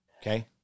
Okay